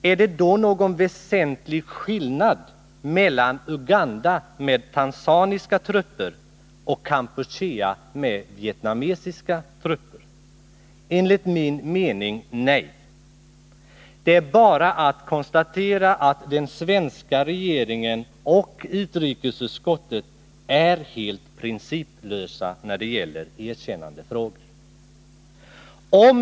Är det då någon väsentlig skillnad mellan Uganda med tanzaniska trupper och Kampuchea med vietnamesiska trupper? Enligt min mening nej. Det är bara att konstatera att den svenska regeringen och utrikesutskottet är helt principlösa när det gäller erkännandefrågor.